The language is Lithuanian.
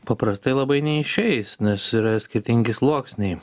paprastai labai neišeis nes yra skirtingi sluoksniai